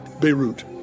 Beirut